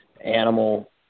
animal